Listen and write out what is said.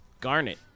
Garnet